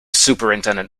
superintendent